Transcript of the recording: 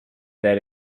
that